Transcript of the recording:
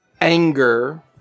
anger